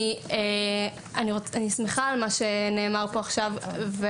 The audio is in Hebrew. אני שמחה על מה שנאמר פה עכשיו.